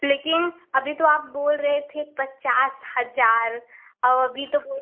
लेकिन अभी तो आप बोल रहे थे पचास हज़ार और अभी तो बोल